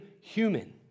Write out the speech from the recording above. human